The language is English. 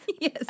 Yes